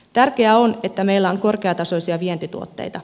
tärkeää on että meillä on korkeatasoisia vientituotteita